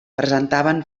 presentaven